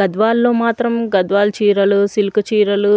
గద్వాల్లో మాత్రం గద్వాల్ చీరలు సిల్క్ చీరలు